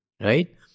right